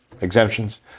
exemptions